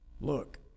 Look